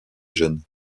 jeunes